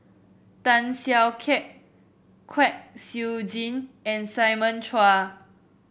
Tan Siak Kew Kwek Siew Jin and Simon Chua